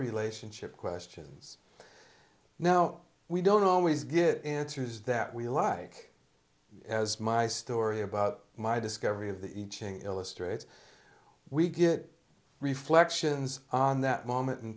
relationship questions now we don't always get answers that we like as my story about my discovery of the iching illustrates we get reflections on that moment in